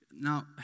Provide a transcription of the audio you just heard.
Now